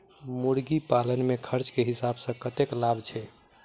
मुर्गी पालन मे खर्च केँ हिसाब सऽ कतेक लाभ छैय?